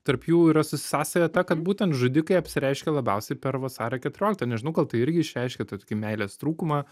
tarp jų yra su sąsaja ta kad būtent žudikai apsireiškia labiausiai per vasario keturioliktą nežinau gal tai irgi išreiškia tokį meilės trūkumą